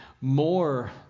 more